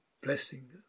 blessing